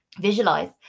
visualize